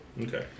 Okay